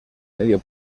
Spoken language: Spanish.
medio